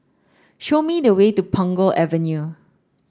show me the way to Punggol Avenue